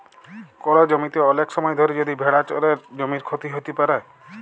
call জমিতে ওলেক সময় ধরে যদি ভেড়া চরে জমির ক্ষতি হ্যত প্যারে